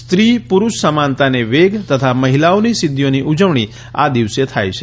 સ્ત્રી પુરૂષ સમાનતાને વેગ તથા મહિલાઓની સિઘ્ઘિઓની ઉજવણી આ દિવસે થાય છે